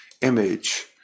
image